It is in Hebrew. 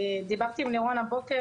דיברתי עם לירון הבוקר.